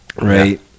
right